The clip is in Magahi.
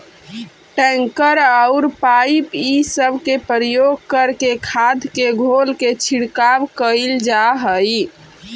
टैंकर औउर पाइप इ सब के प्रयोग करके खाद के घोल के छिड़काव कईल जा हई